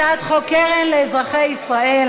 הצעת חוק קרן לאזרחי ישראל,